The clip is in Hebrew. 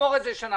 לשמור את זה שנה.